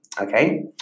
okay